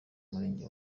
umurenge